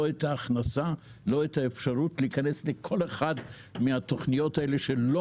לא את ההכנסה ולא את האפשרות להיכנס לכל אחת מהתוכניות האלה שלא